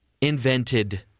invented